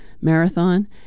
marathon